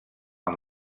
amb